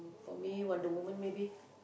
for me Wonder-Woman maybe